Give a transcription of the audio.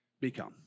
become